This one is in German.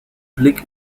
blick